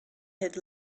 had